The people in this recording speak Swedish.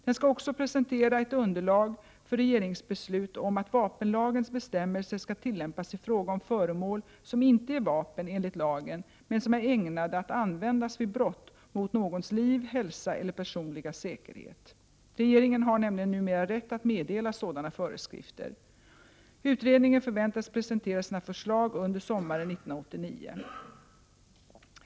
Den skall också presentera ett underlag för regeringsbeslut om att vapenlagens bestämmelser skall tillämpas i fråga om föremål som inte är vapen enligt lagen, men som är ägnade att användas vid brott mot någons liv, hälsa eller personliga säkerhet. Regeringen har nämligen numera rätt att meddela sådana föreskrifter. Utredningen förväntas presentera sina förslag under sommaren 1989.